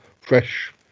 fresh